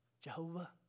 Jehovah